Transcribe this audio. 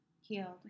healed